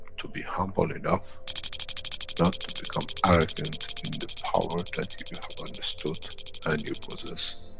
to be humble enough not to become arrogant in the power that you have understood and you possess.